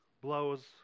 blows